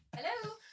Hello